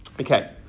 Okay